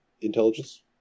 intelligence